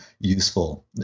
useful